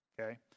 okay